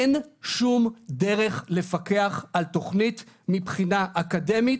אין שום דרך לפקח על תוכנית מבחינה אקדמית,